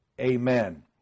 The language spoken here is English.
Amen